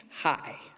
high